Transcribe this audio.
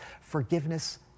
forgiveness